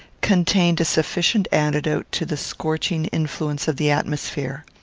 contained a sufficient antidote to the scorching influence of the atmosphere.